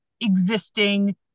existing